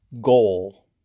goal